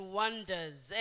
wonders